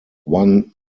one